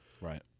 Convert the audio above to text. Right